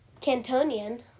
Cantonian